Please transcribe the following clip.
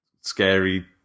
scary